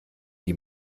die